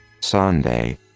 Sunday